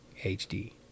HD